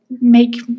make